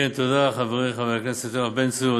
תודה, חברי חבר הכנסת יואב בן צור.